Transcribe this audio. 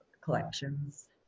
collections